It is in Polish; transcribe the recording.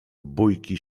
bójki